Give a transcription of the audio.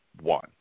one